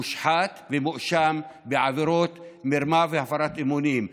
מושחת ומואשם בעבירות מרמה והפרת אמונים.